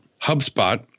HubSpot